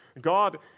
God